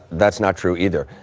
that's not true either.